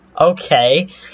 okay